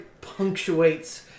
punctuates